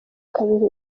kabiri